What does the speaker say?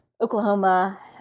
Oklahoma